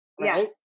right